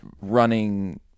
running